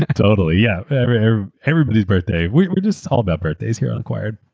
totally. yeah everybody's birthday. weaeur re just all about birthdays here on acquired.